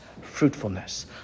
fruitfulness